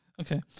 Okay